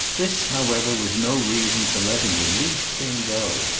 this however was no reason for letting the least thing go.